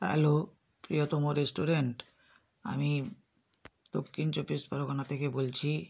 hello প্রিয়তম restaurant আমি দক্ষিণ চব্বিশ পরগনা থেকে বলছি